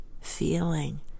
feeling